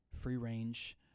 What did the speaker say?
free-range